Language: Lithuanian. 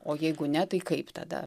o jeigu ne tai kaip tada